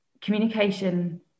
communication